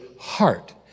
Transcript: heart